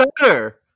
better